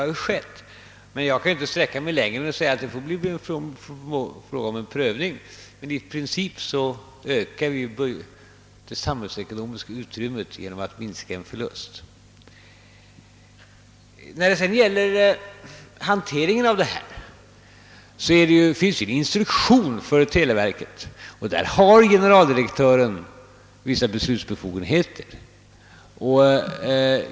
Jag kan dock inte sträcka mig längre än till att säga att det blir fråga om en prövning — men i princip ökar vi det samhällsekonomiska utrymmet genom att minska en förlust. När det sedan gäller hanteringen av detta, finns det en instruktion för televerket som ger generaldirektören vissa beslutsbefogenheter.